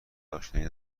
اشنایی